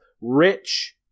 rich